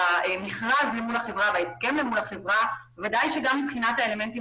במכרז למול החברה ובהסכם מול החברה בוודאי שגם מבחינת האלמנטים